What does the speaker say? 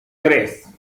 tres